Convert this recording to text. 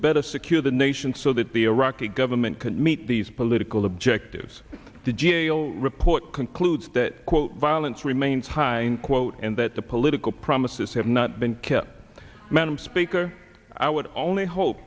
better secure the nation so that the iraqi government can meet these political objectives the g a o report concludes that quote violence remains high quote and that the political promises have not been kept madam speaker i would only hope